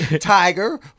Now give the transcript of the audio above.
Tiger